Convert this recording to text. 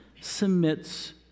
submits